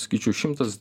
sakyčiau šimtas